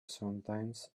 sometimes